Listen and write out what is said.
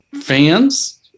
fans